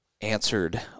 answered